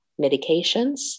medications